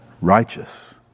righteous